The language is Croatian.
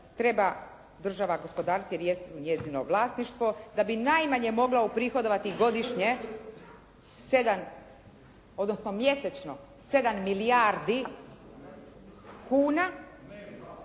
treba država gospodariti jer jesu njezino vlasništvo, da bi najmanje mogla uprihodovati godišnje 7 odnosno mjesečno 7 milijardi kuna